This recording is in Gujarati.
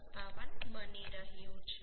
57 બની રહ્યું છે